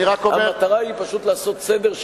המטרה היא פשוט לעשות סדר,